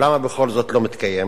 למה בכל זאת לא מתקיים?